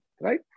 right